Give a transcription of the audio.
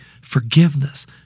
forgiveness